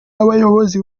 abayobozi